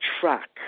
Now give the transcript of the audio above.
track